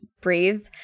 breathe